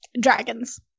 dragons